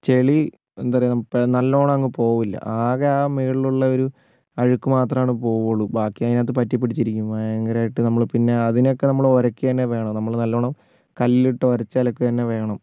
ചളി എന്താ പറയുക നല്ലോണം അങ്ങ് പോകില്ല ആകെ ആ മുകളിൽ ഉള്ളൊരു അഴുക്ക് മാത്രമാണ് പോകുകയുളളൂ ബാക്കി അതിനകത്ത് പറ്റി പിടിച്ചിരിക്കും ഭയങ്കരമായിട്ട് നമ്മൾ പിന്നെ അതിനൊക്കെ നമ്മൾ ഉരക്കുക തന്നെ വേണം നമ്മൾ നല്ലവണ്ണം കല്ലിലിട്ട് ഉരച്ച് അലക്കുക തന്നെ വേണം